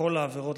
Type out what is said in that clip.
בכל העבירות.